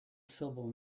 syllable